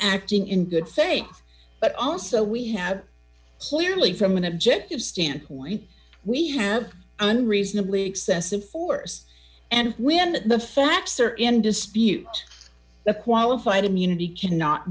acting in good faith but also we have clearly from an objective standpoint we have unreasonably excessive force and when the facts are in dispute the qualified immunity cannot